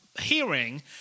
hearing